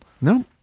No